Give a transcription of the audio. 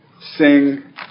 sing